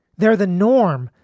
they're the norm,